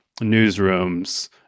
newsrooms